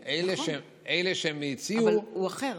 זכות לאחרים, אבל אלה שהציעו, הוא אחר.